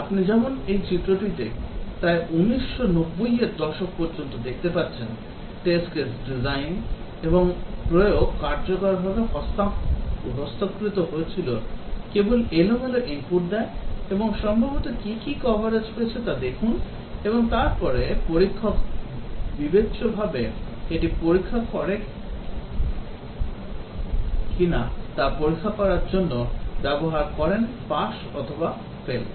আপনি যেমন এই চিত্রটিতে প্রায় 1990 এর দশক পর্যন্ত দেখতে পাচ্ছেন test case design এবং প্রয়োগ কার্যকরভাবে হস্তকৃত ছিল কেবল এলোমেলো ইনপুট দেয় এবং সম্ভবত কী কী কভারেজ পেয়েছে তা দেখুন এবং তারপরে পরীক্ষক বিবেচ্যভাবে এটি পরীক্ষা করে কিনা তা পরীক্ষা করার জন্য ব্যবহার করেন পাস অথবা ফেল